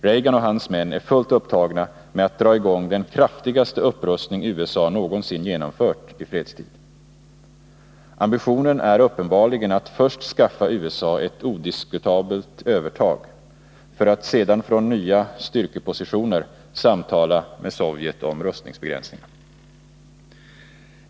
Reagan och hans män är fullt upptagna med att dra i gång den kraftigaste upprustning USA någonsin genomfört i fredstid. Ambitionen är uppenbarligen att först skaffa USA ett odiskutabelt övertag för att sedan, från nya styrkepositioner, samtala med Sovjet om rustningsbegränsningar.